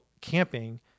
camping